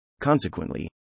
Consequently